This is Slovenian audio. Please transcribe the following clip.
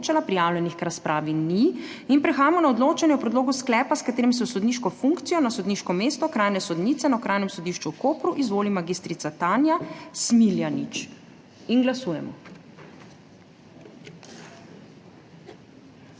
Prijavljenih k razpravi ni. Prehajamo na odločanje o predlogu sklepa, s katerim se v sodniško funkcijo na sodniško mesto okrajne sodnice na Okrajnem sodišču v Kopru izvoli mag. Tanja Smiljanić. Glasujemo.